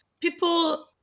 People